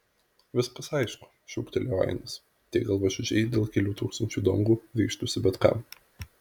viskas aišku šūktelėjo ainas tie galvažudžiai dėl kelių tūkstančių dongų ryžtųsi bet kam